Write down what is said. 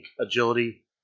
agility